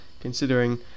considering